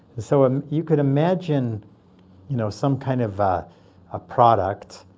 so um you could imagine you know some kind of a product,